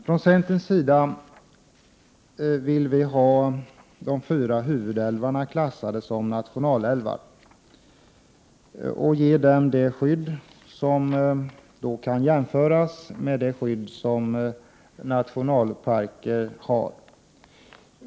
Från centerns sida vill vi ha de fyra huvudälvarna klassade som nationalälvar och ge dem det skydd som kan jämföras med det skydd som nationalparker har.